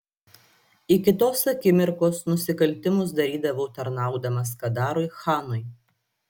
iki tos akimirkos nusikaltimus darydavau tarnaudamas kadarui chanui